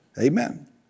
Amen